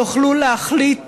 יוכלו להחליט